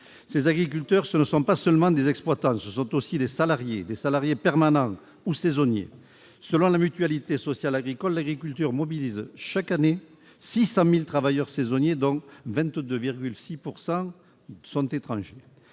Les agriculteurs, ce sont non seulement des exploitants, mais aussi des salariés, permanents ou saisonniers. Selon la Mutualité sociale agricole, l'agriculture mobilise chaque année 600 000 travailleurs saisonniers, dont 22,6 % sont étrangers.